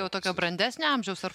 jau tokio brandesnio amžiaus ar